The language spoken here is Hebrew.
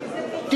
אני לא תמכתי?